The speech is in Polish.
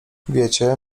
wiecie